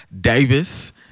Davis